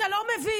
אתה לא מבין.